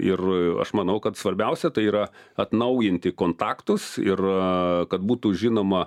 ir aš manau kad svarbiausia tai yra atnaujinti kontaktus ir kad būtų žinoma